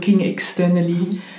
externally